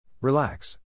Relax